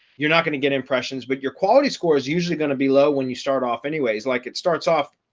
you're not going to get impressions but your quality score is usually going to be low when you start off anyways, like it starts off.